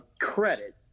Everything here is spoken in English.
credit